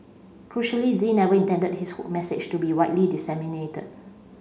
crucially Z never intended his hoax message to be widely disseminated